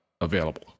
available